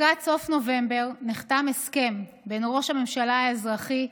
לקראת סוף נובמבר נחתם הסכם בין ראש הממשלה האזרחי,